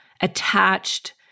attached